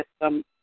system